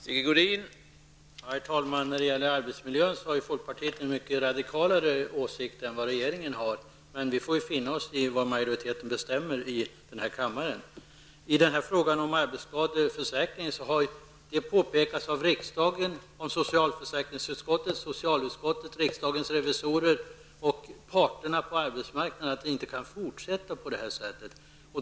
Herr talman! När det gäller arbetsmiljön har folkpartiet mycket mer radikala åsikter än vad regeringen har. Men vi får finna oss i vad majoriteten bestämmer i kammaren. I denna fråga om arbetsskadeförsäkringen har det påpekats av riksdagen, socialförsäkringsutskottet, socialutskottet, riksdagens revisorer och parterna på arbetsmarknaden att det inte går att fortsätta på detta sätt.